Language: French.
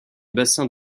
bassins